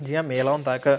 जि'यां मेला होंदा इक